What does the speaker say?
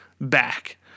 back